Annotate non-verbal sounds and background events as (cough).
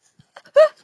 (laughs)